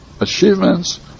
Achievements